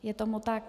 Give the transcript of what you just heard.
Je tomu tak.